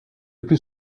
plus